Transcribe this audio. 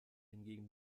hingegen